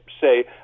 say